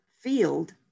field